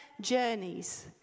journeys